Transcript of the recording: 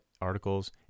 articles